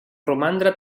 romandre